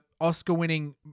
Oscar-winning